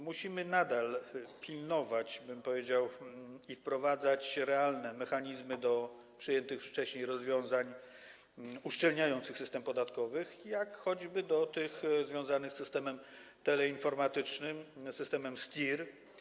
Musimy nadal tego pilnować, powiedziałbym, i wprowadzać realne mechanizmy do przyjętych już wcześniej rozwiązań uszczelniających system podatkowy, choćby do tych związanych z systemem teleinformatycznym, systemem STIR.